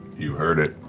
you heard it.